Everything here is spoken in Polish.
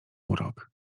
urok